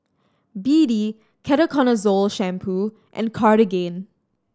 B D Ketoconazole Shampoo and Cartigain